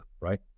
right